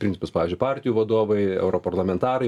principus pavyzdžiui partijų vadovai europarlamentarai